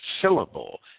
syllable